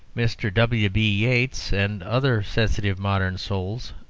mr. w b. yeats and other sensitive modern souls,